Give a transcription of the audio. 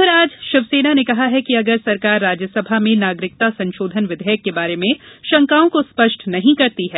उधर आज शिवसेना ने कहा है कि अगर सरकार राज्यसभा में नागरिकता संशोधन विधेयक के बारे में शंकाओं को स्पष्ट नहीं करती